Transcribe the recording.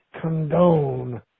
condone